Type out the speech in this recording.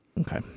Okay